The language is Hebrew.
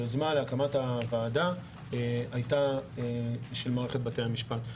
היוזמה להקמת הוועדה היתה של מערכת בתי המשפט.